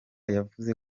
yavuze